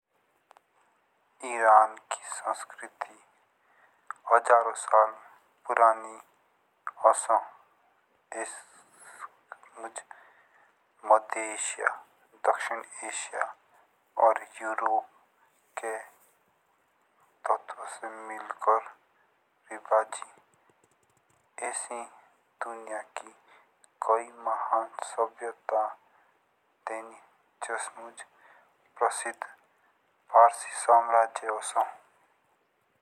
ईरान की संस्कृति हजारों साल पुरानी ओसो। एस्मुज मध्य एशिया दक्षिण एशिया यूरोप तटुक से मिलकर रहे बाज। ऐसे दुनिया की कए महान सभ्यता देनी जस जस्मुज प्रसिद्ध फारसी समुदाय ओसो।